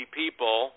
people